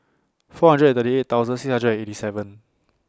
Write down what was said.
four hundred and thirty eight thousand six hundred and eighty seven